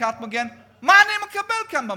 ערכת מגן, מה אני מקבל כאן מהמדינה?